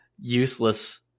useless